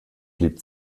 blieb